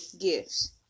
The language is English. gifts